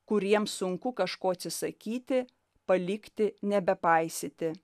kuriems sunku kažko atsisakyti palikti nebepaisyti